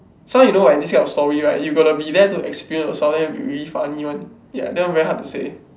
so you know right this kind of story right you got to be there to experience yourself then will be really funny [one] ya that one very hard to say